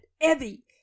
evie